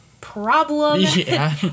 problem